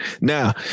Now